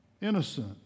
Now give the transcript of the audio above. Innocent